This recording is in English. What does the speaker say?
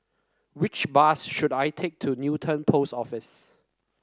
which bus should I take to Newton Post Office